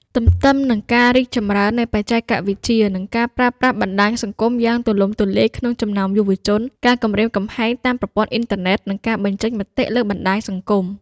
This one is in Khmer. ទន្ទឹមនឹងការរីកចម្រើននៃបច្ចេកវិទ្យា និងការប្រើប្រាស់បណ្តាញសង្គមយ៉ាងទូលំទូលាយក្នុងចំណោមយុវជន ការគំរាមកំហែងតាមប្រព័ន្ធអ៊ីនធឺណិត និងការបញ្ចេញមតិលើបណ្តាញសង្គម។